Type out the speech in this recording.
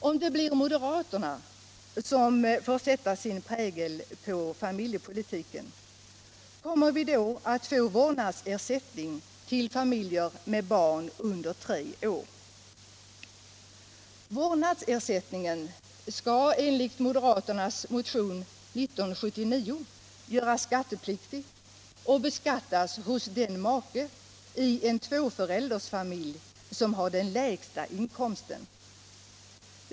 Om det blir moderaterna som får sätta sin prägel på familjepolitiken, kommer vi då att få vårdnadsersättning till familjer med barn under tre år? Vårdnadsersättningen skall, enligt moderaternas motion 1975/76:1979, göras skattepliktig och beskattas hos den make i en tvåföräldersfamilj som har den lägsta inkomsten.